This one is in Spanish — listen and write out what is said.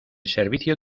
servicio